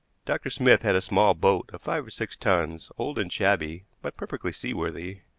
dr. smith had a small boat of five or six tons, old and shabby, but perfectly seaworthy.